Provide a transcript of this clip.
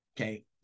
Okay